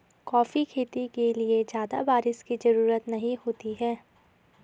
coffee खेती के लिए ज्यादा बाऱिश की जरूरत नहीं होती है